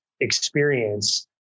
experience